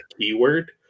keyword